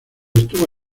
estuvo